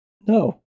no